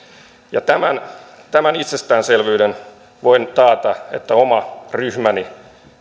ja tästä itsestäänselvyydestä voin taata että oma ryhmäni